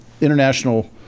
international